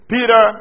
Peter